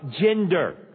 gender